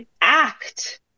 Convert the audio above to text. act